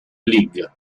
league